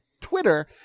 Twitter